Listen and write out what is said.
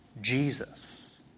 Jesus